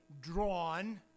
drawn